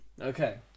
Okay